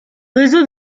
réseau